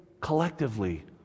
collectively